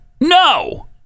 no